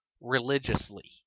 religiously